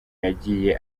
yagiye